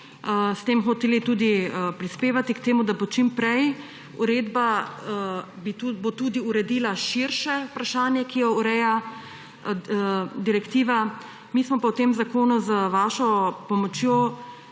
smo hoteli tudi prispevati, da bo čim prej, uredba bo tudi uredila širše vprašanje, ki jo ureja direktiva. Mi smo pa v tem zakonu z vašo pomočjo